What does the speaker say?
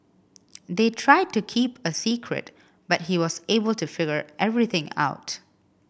they tried to keep a secret but he was able to figure everything out